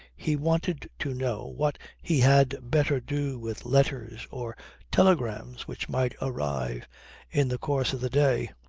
he wanted to know what he had better do with letters or telegrams which might arrive in the course of the day.